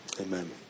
Amen